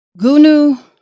Gunu